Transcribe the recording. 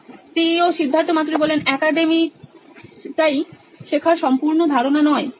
সিদ্ধার্থ মাতুরি C E O নোইন electronics academics টাই শেখার সম্পূর্ণ ধারণা নয়